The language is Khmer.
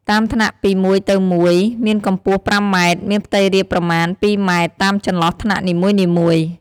តាមថ្នាក់ពីមួយទៅមួយ មានកំពស់៥ម៉ែត្រ មានផ្ទៃរាបប្រមាណ ២ម៉ែត្រ តាមចន្លោះថ្នាក់នីមួយៗ។